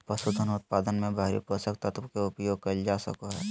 पसूधन उत्पादन मे बाहरी पोषक तत्व के उपयोग कइल जा सको हइ